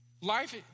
Life